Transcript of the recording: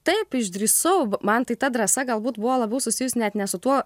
taip išdrįsau man tai ta drąsa galbūt buvo labiau susijus net ne su tuo